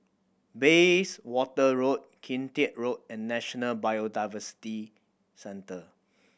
Bayswater Road Kian Teck Road and National Biodiversity Centre